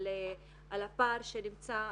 על הפער שנמצא,